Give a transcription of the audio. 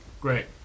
Great